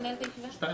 ננעלה בשעה